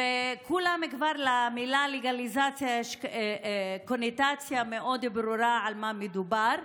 אצל כולם למילה לגליזציה כבר יש קונוטציה מאוד ברורה על מה מדובר.